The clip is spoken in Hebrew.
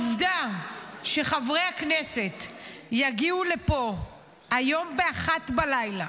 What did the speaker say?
העובדה שחברי הכנסת יגיעו לפה היום ב-01:00,